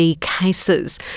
cases